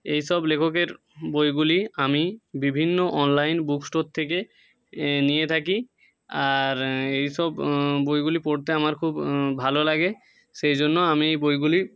এই সব লেখকের বইগুলি আমি বিভিন্ন অনলাইন বুক স্টোর থেকে নিয়ে থাকি আর এই সব বইগুলি পড়তে আমার খুব ভালো লাগে সেই জন্য আমি বইগুলি